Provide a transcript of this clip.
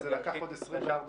וזה לקח עוד 24 שעות.